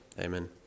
Amen